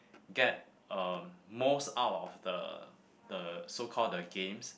get um most out of the the so call the games